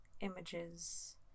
images